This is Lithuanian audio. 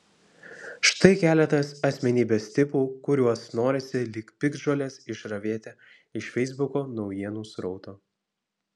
štai keletas asmenybės tipų kuriuos norisi lyg piktžoles išravėti iš feisbuko naujienų srauto